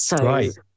Right